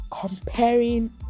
comparing